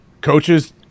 Coaches